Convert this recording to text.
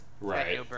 Right